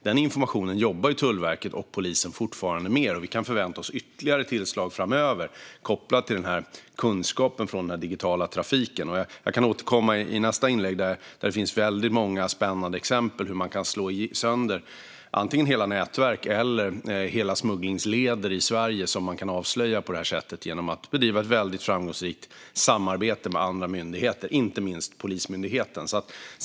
Den informationen jobbar Tullverket och Polismyndigheten fortfarande med, och vi kan förvänta oss ytterligare tillslag framöver kopplat till kunskapen från den digitala trafiken. Jag kan återkomma i nästa inlägg med många spännande exempel på hur man kan slå sönder antingen hela nätverk eller hela smugglingsleder i Sverige, som man kan avslöja genom att bedriva ett väldigt framgångsrikt samarbete med andra myndigheter, inte minst Polismyndigheten.